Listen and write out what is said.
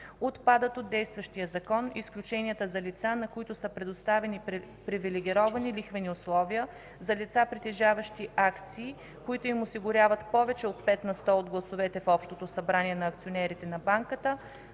Отпадат от действащия закон изключенията за лица, на които са предоставени привилегировани лихвени условия, за лица, притежаващи акции, които им осигуряват повече от 5 на сто от гласовете в общото събрание на акционерите на банката,